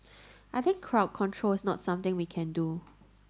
I think crowd control is not something we can do